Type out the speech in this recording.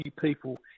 people